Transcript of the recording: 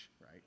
right